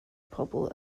pobol